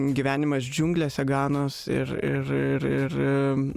gyvenimas džiunglėse ganos ir ir ir ir